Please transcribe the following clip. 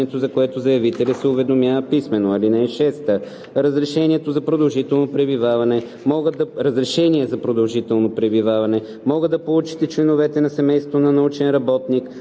за което заявителят се уведомява писмено. (6) Разрешение за продължително пребиваване могат да получат и членовете на семейството на научен работник